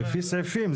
בסעיפים.